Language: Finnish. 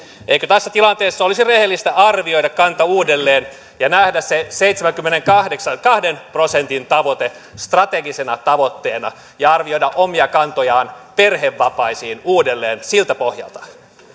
eikö tässä tilanteessa olisi rehellistä arvioida kanta uudelleen ja nähdä se seitsemänkymmenenkahden prosentin tavoite strategisena tavoitteena ja arvioida omia kantojaan perhevapaisiin uudelleen siltä pohjalta